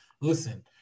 Listen